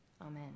Amen